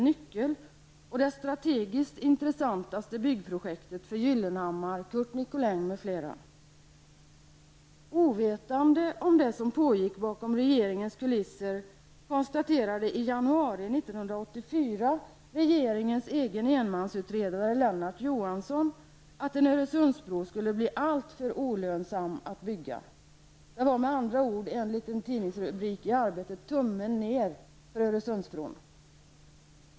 Det är det strategiskt intressantaste byggprojektet för Gyllenhammar, Curt Nicolin m.fl. Ovetande om det som pågick bakom regeringens kulisser konstaterade i januari 1984 Johansson, att en Öresundsbro skulle bli alltför olönsam att bygga. Det var med andra ord -- med de ord som användes i en tidningsrubrik i tidningen Arbetet -- ''tummen ned'' för Öresundsbron.